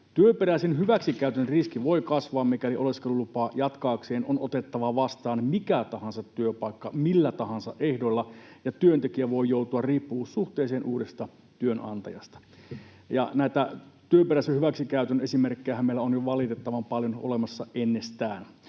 Työperäisen hyväksikäytön riski voi kasvaa, mikäli oleskelulupaa jatkaakseen on otettava vastaan mikä tahansa työpaikka millä tahansa ehdoilla, ja työntekijä voi joutua riippuvuussuhteeseen uudesta työnantajasta. Arvoisa puhemies! On ensiarvoisen tärkeää, että